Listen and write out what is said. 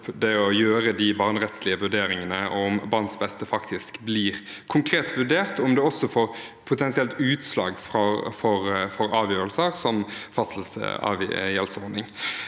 gjøre de barnerettslige vurderingene, om barns beste faktisk blir konkret vurdert, og om det potensielt får utslag for avgjørelser, som varsel om gjeldsordning.